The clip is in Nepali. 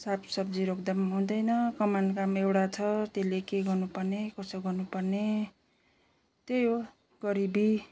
साग सब्जी रोप्दा पनि हुँदैन कमानको काम एउटा छ त्यसले के गर्नु पर्ने कसो गर्नु पर्ने त्यही हो गरिबी